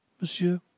Monsieur